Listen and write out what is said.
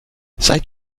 seit